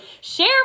share